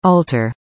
Alter